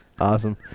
Awesome